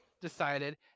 decided